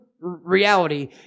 reality